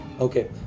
okay